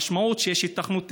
המשמעות היא שיש היתכנות תכנונית,